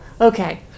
Okay